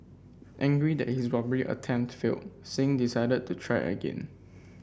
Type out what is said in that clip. angry that his robbery attempt failed Singh decided to try again